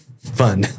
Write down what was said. fun